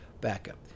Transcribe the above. backup